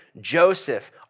Joseph